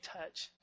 touch